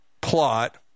plot